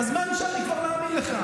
אז מה כבר נשאר לי להאמין לך?